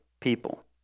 people